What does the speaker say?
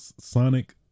Sonic